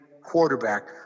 quarterback